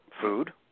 food